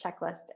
checklist